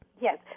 Yes